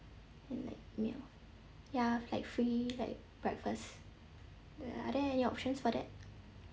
mm like meal ya like free like breakfast are there any options for that